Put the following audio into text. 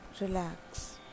relax